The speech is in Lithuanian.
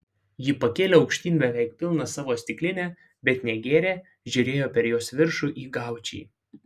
ji pakėlė aukštyn beveik pilną savo stiklinę bet negėrė žiūrėjo per jos viršų į gaučį